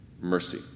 mercy